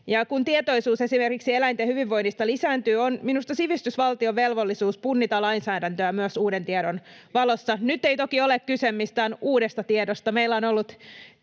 Kun tietoisuus esimerkiksi eläinten hyvinvoinnista lisääntyy, on minusta sivistysvaltion velvollisuus punnita lainsäädäntöä myös uuden tiedon valossa. Nyt ei toki ole kyse mistään uudesta tiedosta.